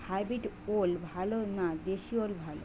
Hybrid ওল ভালো না দেশী ওল ভাল?